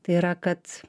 tai yra kad